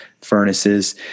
furnaces